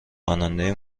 خواننده